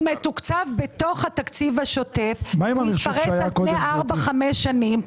מתוקצב בתוך התקציב השוטף ומתפרס על פני 4-5 שנים.